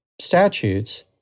statutes